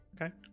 Okay